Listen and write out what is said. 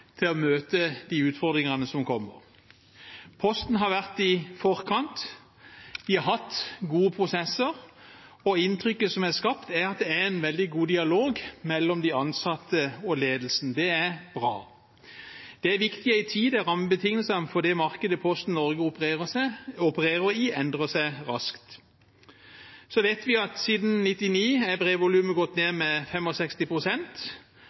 til å møte de utfordringene som kommer. Posten har vært i forkant. De har hatt gode prosesser, og inntrykket som er skapt, er at det er en veldig god dialog mellom de ansatte og ledelsen. Det er bra. Det er viktig i en tid da rammebetingelsene for det markedet Posten Norge opererer i, raskt endrer seg. Så vet vi at siden 1999 er brevvolumet gått ned